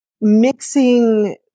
mixing